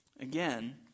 Again